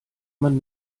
man